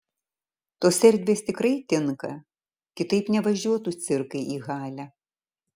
tos erdvės tikrai tinka kitaip nevažiuotų cirkai į halę